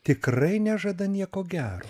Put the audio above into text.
tikrai nežada nieko gero